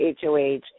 HOH